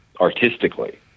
artistically